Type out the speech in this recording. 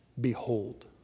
behold